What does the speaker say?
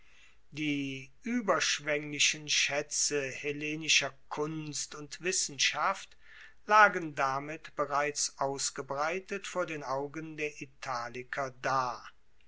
die ueberschwenglichen schaetze hellenischer kunst und wissenschaft lagen damit bereits ausgebreitet vor den augen der italiker da